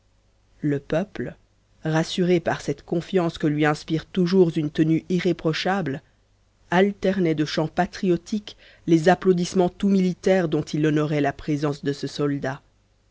le peuple rassuré par cette confiance que lui inspire toujours une tenue irréprochable alternait de chants patriotiques les applaudissements tout militaires dont il honorait la présence de ce soldat